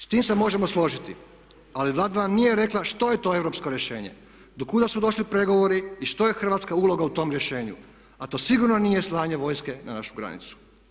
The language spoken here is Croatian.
S tim se možemo složiti, ali Vlada nam nije rekla što je to europsko rješenje, do kuda su došli pregovori i što je hrvatska uloga u tom rješenju a to sigurno nije slanje vojske na našu granicu.